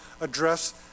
address